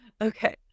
Okay